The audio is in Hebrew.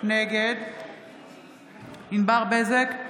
נגד ענבר בזק,